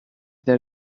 that